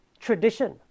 Tradition